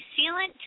sealant